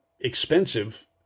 expensive